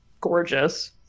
gorgeous